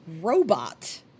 robot